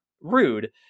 rude